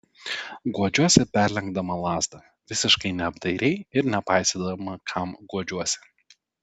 guodžiuosi perlenkdama lazdą visiškai neapdairiai ir nepaisydama kam guodžiuosi